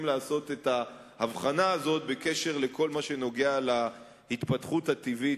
לעשות את ההבחנה הזאת בקשר לכל מה שנוגע להתפתחות הטבעית